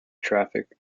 traffic